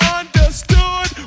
understood